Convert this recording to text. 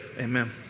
amen